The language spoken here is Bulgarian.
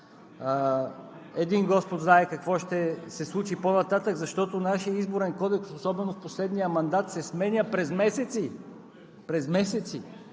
Един Господ знае какво ще се случи по-нататък, защото нашият Изборен кодекс, особено в последния мандат, се сменя през месеци. През месеци!